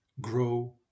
grow